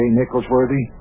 Nicholsworthy